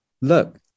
look